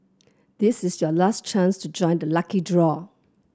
this is your last chance to join the lucky draw